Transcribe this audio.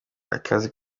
akazi